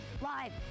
live